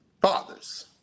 fathers